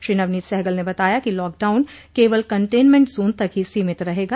श्री नवनीत सहगल ने बताया कि लॉकडाउन केवल कन्टेनमेंट जोन तक ही सीमित रहेगा